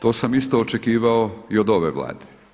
To sam isto očekivao i od ova Vlade.